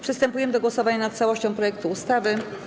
Przystępujemy do głosowania nad całością projektu ustawy.